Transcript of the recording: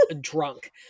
drunk